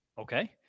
Okay